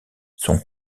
son